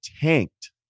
tanked